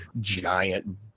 giant